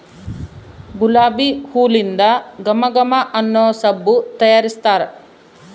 ಗುಲಾಬಿ ಹೂಲಿಂದ ಘಮ ಘಮ ಅನ್ನೊ ಸಬ್ಬು ತಯಾರಿಸ್ತಾರ